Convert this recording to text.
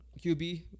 QB